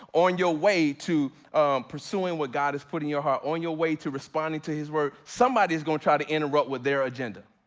on your way to pursuing what god is putting your heart, on your way to responding to his word somebody is going to try to interrupt with their agenda.